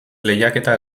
lehiaketa